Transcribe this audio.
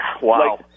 Wow